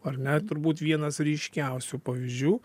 ar ne turbūt vienas ryškiausių pavyzdžių